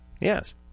yes